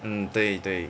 mm 对对